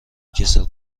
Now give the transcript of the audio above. کسل